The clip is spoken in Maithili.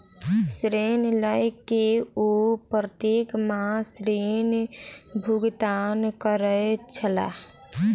ऋण लय के ओ प्रत्येक माह ऋण भुगतान करै छलाह